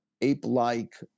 ape-like